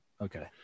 Okay